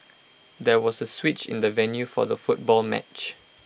there was A switch in the venue for the football match